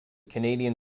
canadian